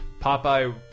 Popeye